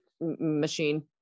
machine